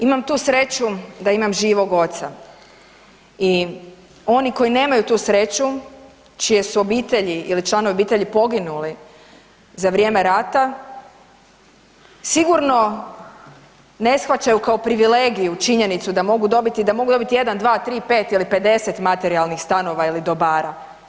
Imam tu sreću da imam živog oca i oni koji nemaju tu sreću čije su obitelji ili članovi obitelji poginuli za vrijeme rata sigurno ne shvaćaju kao privilegiju činjenicu da mogu dobiti, da mogu dobiti jedan, dva, tri, pet ili pedeset materijalnih stanova ili dobara.